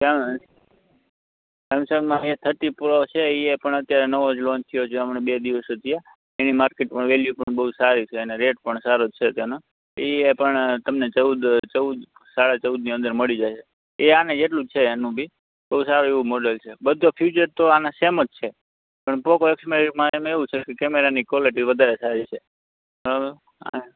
પણ સેમસંગમાં A thirty છે એ પણ અત્યારે નવો જ લૉન્ચ થયો છે હમણાં બે દિવસ જ થયા એની માર્કેટમાં વેલ્યુ પણ બહુ સારી છે અને રેટ પણ સારો જ છે એનો એ પણ તમને ચૌદ ચૌદ સાડા ચૌદની અંદર મળી જાય એ આના જેટલું જ છે એનું બી બહુ સારું એવું મોડલ છે બધા ફિચર તો આના સેમ જ છે પણ પોકો એક્સ ફાઈવમાં એવું સેલ્ફી કેમેરાની ક્વોલિટી વધારે સારી છે બરોબર